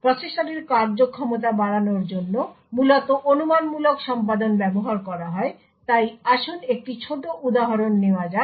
প্রসেসরের কর্মক্ষমতা বাড়ানোর জন্য মূলত অনুমানমূলক সম্পাদন ব্যবহার করা হয় তাই আসুন একটি ছোট উদাহরণ নেওয়া যাক